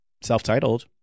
self-titled